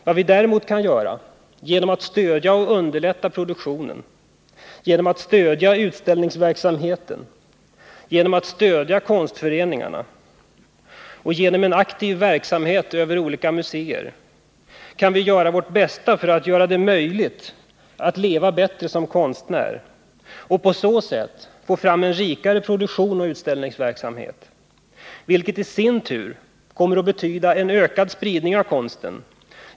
Vi kan däremot — genom att stödja och underlätta produktionen, genom att stödja utställningsverksamheten, genom att stödja konstföreningarna och genom en aktiv verksamhet över olika museer — göra vårt bästa för att det skall bli möjligt att leva bättre som konstnär och på så sätt få fram en rikare produktion och utställningsverksamhet, vilket i sin tur kommer att betyda en ökad spridning av konsten.